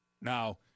Now